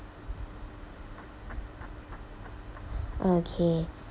okay